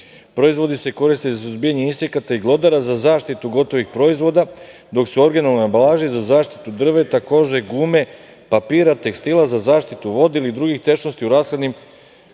proizvodi se koriste za suzbijanje insekata i glodara, za zaštitu gotovih proizvoda, dok su originalne ambalaže za zaštitu drveta, kože, gume, papira, tekstila, za zaštitu vode ili drugih tečnosti u rashladnim